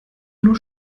nur